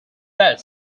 that